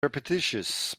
repetitious